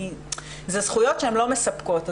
אלה זכויות שהן לא מספקות.